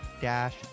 dash